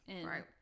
Right